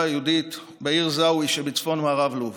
היהודית בעיר זאוויה שבצפון-מערב לוב.